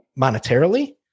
monetarily